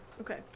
Okay